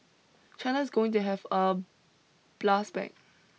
China is going to have a blast back